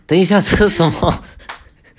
等一下吃什么